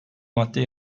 madde